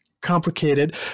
complicated